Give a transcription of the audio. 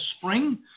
spring